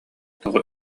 тоҕо